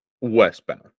westbound